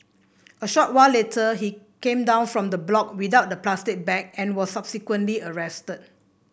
a short while later he came down from the block without the plastic bag and was subsequently arrested